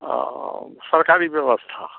और सरकारी व्यवस्था